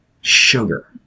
Sugar